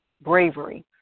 bravery